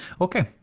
okay